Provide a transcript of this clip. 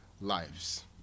lives